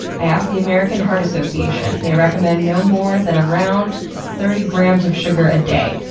i asked the american heart association they recommend no more than around thirty grams of sugar a day.